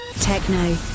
techno